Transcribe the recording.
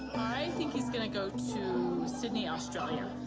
think he's gonna go to sydney, australia.